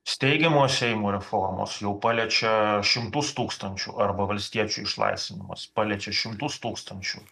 steigiamojo seimo reformos jau paliečia šimtus tūkstančių arba valstiečių išlaisvinimas paliečia šimtus tūkstančių